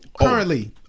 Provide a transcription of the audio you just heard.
currently